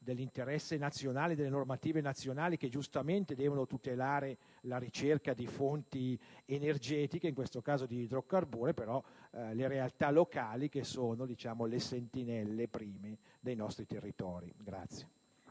dell'interesse generale e delle normative nazionali che giustamente devono tutelare la ricerca di fonti energetiche (in questo caso, di idrocarburi), le realtà locali, che sono le prime sentinelle dei nostri territori.